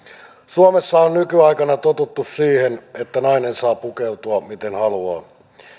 suomessa on nykyaikana totuttu siihen että nainen saa pukeutua miten haluaa